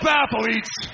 athletes